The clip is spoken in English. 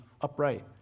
upright